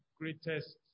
greatest